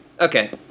Okay